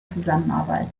zusammenarbeit